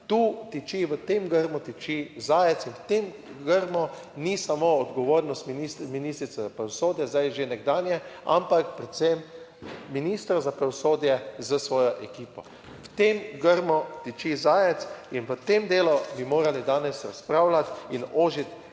Tu tiči, v tem grmu tiči zajec in v tem grmu ni samo odgovornost ministrice za pravosodje, zdaj že nekdanje, ampak predvsem ministra za pravosodje s svojo ekipo. V tem grmu tiči zajec in v tem delu bi morali danes razpravljati in ožiti.